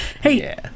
Hey